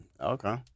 Okay